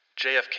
JFK